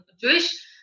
Jewish